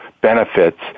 benefits